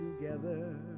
together